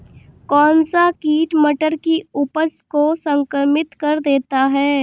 कौन सा कीट मटर की उपज को संक्रमित कर देता है?